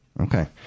Okay